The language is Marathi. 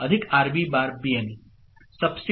Bn Bn1 SB RB'